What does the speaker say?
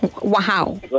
Wow